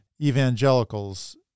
evangelicals